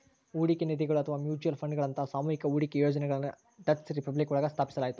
ಹೂಡಿಕೆ ನಿಧಿಗಳು ಅಥವಾ ಮ್ಯೂಚುಯಲ್ ಫಂಡ್ಗಳಂತಹ ಸಾಮೂಹಿಕ ಹೂಡಿಕೆ ಯೋಜನೆಗಳನ್ನ ಡಚ್ ರಿಪಬ್ಲಿಕ್ ಒಳಗ ಸ್ಥಾಪಿಸಲಾಯ್ತು